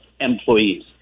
employees